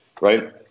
right